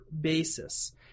basis